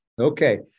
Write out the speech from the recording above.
Okay